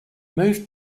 move